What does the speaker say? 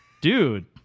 Dude